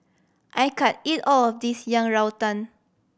I can't eat all of this Yang Rou Tang